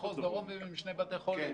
יש שם שני בתי חולים.